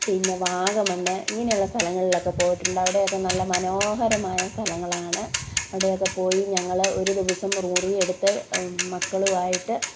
പിന്നെ വാഗമണ്ണ് ഇങ്ങനെയുള്ള സ്ഥലങ്ങളിലൊക്കെ പോയിട്ടുണ്ട് അവിടെയൊക്കെ നല്ല മനോഹരമായ സ്ഥലങ്ങളാണ് അവിടെയൊക്കെ പോയി ഞങ്ങൾ ഒരു ദിവസം മുറിയെടുത്ത് മക്കളുമായിട്ട്